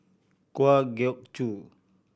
Kwa Geok Choo